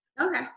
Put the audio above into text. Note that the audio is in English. Okay